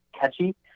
catchy